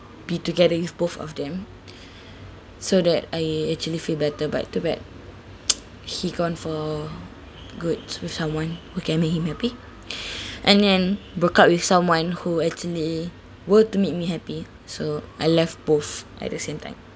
be together with both of them so that I actually feel better but too bad he gone for good with someone who can make him happy and then broke up with someone who actually were to make me happy so I left both at the same time